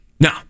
No